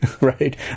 right